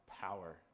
power